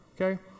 okay